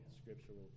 scriptural